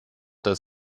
das